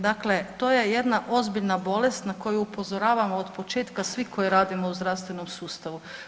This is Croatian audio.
Dakle, to je jedna ozbiljna bolest na koju upozoravamo od početka svi koji radimo u zdravstvenom sustavu.